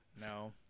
No